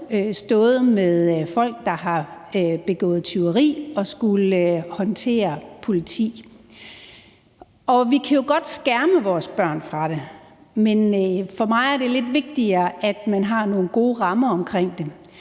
stået med folk, der har begået tyveri, og har skullet håndtere kontakt til politiet. Vi kan jo godt skærme vores børn fra det, men for mig er det lidt vigtigere, at man har nogle gode rammer omkring det.